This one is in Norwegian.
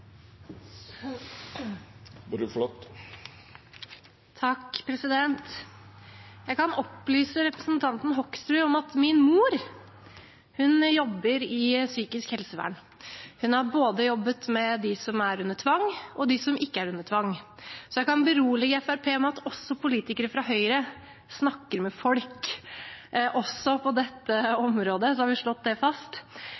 Jeg kan opplyse representanten Hoksrud om at min mor jobber innen psykisk helsevern. Hun har jobbet med både dem som er under tvang, og dem som ikke er under tvang. Så jeg kan berolige Fremskrittspartiet med at også politikere fra Høyre snakker med folk, også på dette